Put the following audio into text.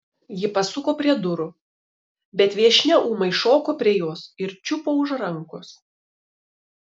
ji pasuko prie durų bet viešnia ūmai šoko prie jos ir čiupo už rankos